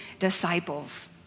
disciples